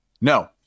No